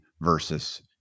versus